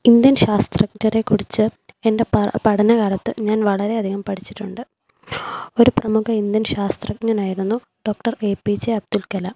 Indian ശാസ്ത്രജ്ഞരെക്കുറിച്ച് എൻ്റെ പഠന കാലത്ത് ഞാൻ വളരെയധികം പഠിച്ചിട്ടുണ്ട് ഒരു പ്രമുഖ ഇന്ത്യൻ ശാസ്ത്രജ്ഞനായിരുന്നു doctor A P J Abdul Kalam